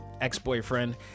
ex-boyfriend